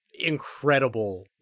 Incredible